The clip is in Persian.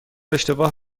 اشتباه